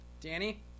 Danny